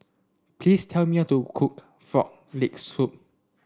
please tell me how to cook Frog Leg Soup